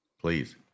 Please